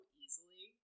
easily